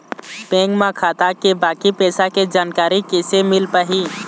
Bank म खाता के बाकी पैसा के जानकारी कैसे मिल पाही?